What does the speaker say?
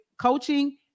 coaching